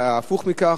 הפוך מכך.